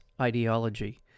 ideology